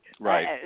Right